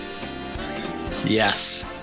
Yes